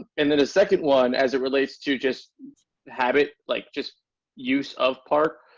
and the the second one as it relates to just habit like just use of park.